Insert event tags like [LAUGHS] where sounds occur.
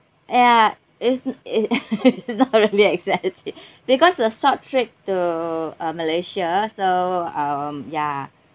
ya it's [LAUGHS] it's not really expensive because a short trip to uh malaysia so um ya